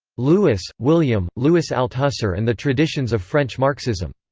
lewis, william, louis althusser and the traditions of french marxism.